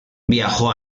viajó